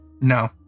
No